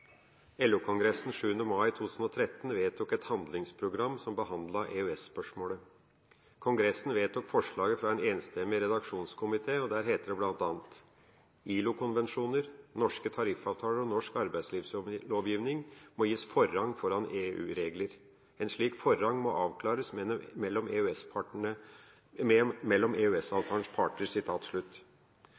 den 7. mai 2013 et handlingsprogram som behandlet EØS-spørsmålet. Kongressen vedtok forslaget fra en enstemmig redaksjonskomité, og der heter det bl.a.: «ILO-konvensjoner, norske tariffavtaler og norsk arbeidslivslovgivning må gis forrang foran EU regler. En slik forrang må avklares mellom EØS avtalens parter.» Jeg er enig med